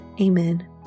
Amen